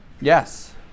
Yes